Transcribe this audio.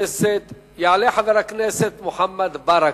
יעלה חבר הכנסת מוחמד ברכה.